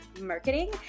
marketing